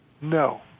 No